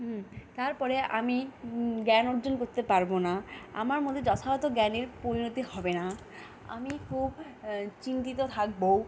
হম তারপরে আমি জ্ঞান অর্জন করতে পারবো না আমার মধ্যে যথাযথ জ্ঞান পরিণত হবে না আমি খুব চিন্তিত থাকবো